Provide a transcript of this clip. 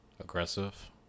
aggressive